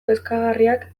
kezkagarriak